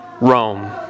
Rome